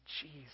Jesus